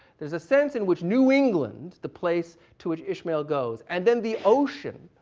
there's a sense in which new england, the place to which ishmael goes, and then the ocean,